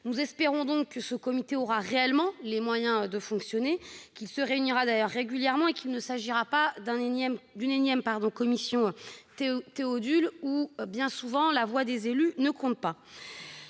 Nous espérons que ce comité aura réellement les moyens de fonctionner, qu'il se réunira régulièrement et qu'il ne s'agira pas d'une énième commission Théodule dans laquelle la voix des élus ne compte bien